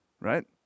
right